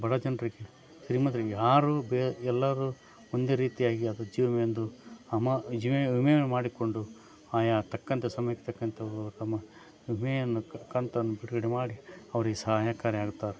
ಬಡ ಜನರಿಗೆ ಶ್ರೀಮಂತರಿಗೆ ಆರು ಬೇ ಎಲ್ಲರೂ ಒಂದೆ ರೀತಿಯಾಗಿ ಅದು ಜೀವ ವಿಮೆ ಎಂದು ಅಮಾ ಜೀವೆ ವಿಮೆಗಳು ಮಾಡಿಕೊಂಡು ಆಯಾ ತಕ್ಕಂಥ ಸಮಯಕ್ಕೆ ತಕ್ಕಂಥ ಅವು ತಮ್ಮ ವಿಮೆಯನ್ನು ಕಂತನ್ನು ಬಿಡುಗಡೆ ಮಾಡಿ ಅವ್ರಿಗೆ ಸಹಾಯಕಾರಿ ಆಗ್ತಾರೆ